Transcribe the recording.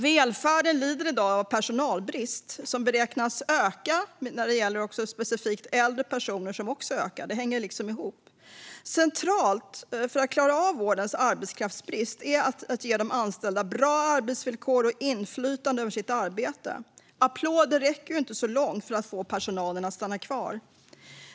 Välfärden lider i dag av personalbrist som beräknas öka när det gäller specifikt äldre personer, som ökar i antal. Det hänger liksom ihop. Centralt för att klara av vårdens arbetskraftsbrist är att ge de anställda bra arbetsvillkor och inflytande över sitt arbete. Applåder räcker ju inte så långt för att få personalen att stanna kvar.